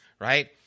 right